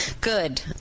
Good